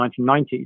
1990s